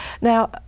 Now